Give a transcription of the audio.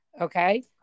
Okay